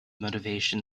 motivation